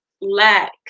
lack